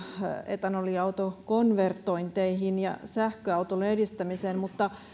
etanoliautojen konvertointeihin ja sähköautoilun edistämiseen mutta